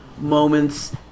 moments